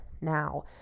now